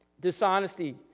Dishonesty